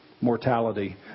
mortality